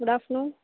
good afternoon